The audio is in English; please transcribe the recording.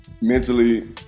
Mentally